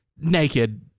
naked